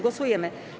Głosujemy.